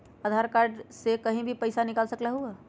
आधार card से कहीं भी कभी पईसा निकाल सकलहु ह?